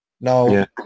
Now